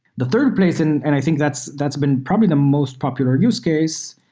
the third place, and and i think that's that's been probably the most popular use case,